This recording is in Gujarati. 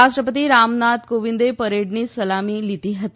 રાષ્ટ્રપતિ રામનાથ કોવિંદે પરેડની સલામી લીધી હતી